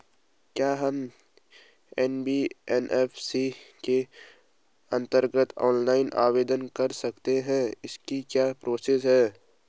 क्या हम एन.बी.एफ.सी के अन्तर्गत ऑनलाइन आवेदन कर सकते हैं इसकी क्या प्रोसेस है?